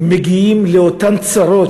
מגיעים לאותן צרות,